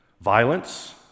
Violence